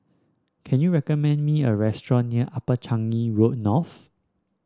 can you recommend me a restaurant near Upper Changi Road North